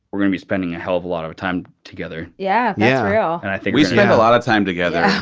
we're gonna be spending a hell of a lot of time together yeah. yeah. and i think we spent a lot of time together. yeah.